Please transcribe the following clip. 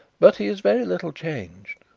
but he is very little changed.